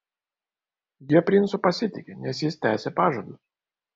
jie princu pasitiki nes jis tesi pažadus